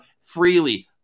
freely